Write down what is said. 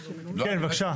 כן, בבקשה.